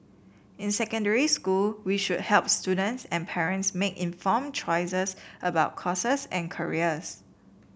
in secondary school we should help students and parents make inform choices about courses and careers